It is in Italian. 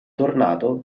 tornato